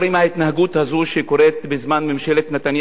ההתנהגות הזאת שקורית בזמן ממשלת נתניהו,